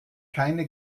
keine